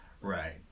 right